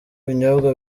ibinyobwa